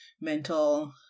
mental